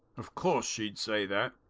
of course she'd say that.